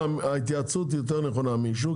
ההתייעצות היא יותר נכונה מאישור,